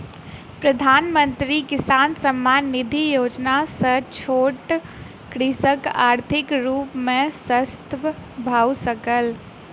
प्रधानमंत्री किसान सम्मान निधि योजना सॅ छोट कृषक आर्थिक रूप सॅ शशक्त भअ सकल